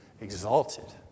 exalted